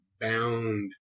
bound